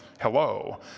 hello